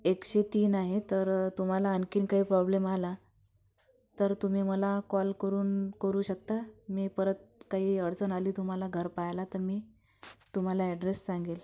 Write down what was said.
एकशे तीन आहे तर तुम्हाला आणखीन काही प्रॉब्लेम आला तर तुम्ही मला कॉल करून करू शकता मी परत काही अडचण आली तुम्हाला घर पाहायला तर मी तुम्हाला ॲड्रेस सांगेल